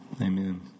Amen